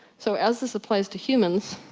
so as this applies to humans,